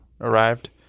arrived